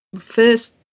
first